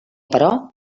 però